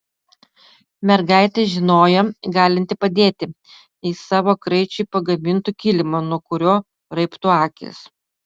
mergaitė žinojo galinti padėti jei savo kraičiui pagamintų kilimą nuo kurio raibtų akys